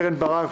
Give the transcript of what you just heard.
קרן ברק,